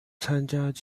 参加